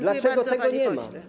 Dlaczego tego nie ma?